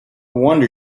wonder